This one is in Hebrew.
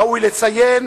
ראוי לציין